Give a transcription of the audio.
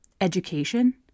education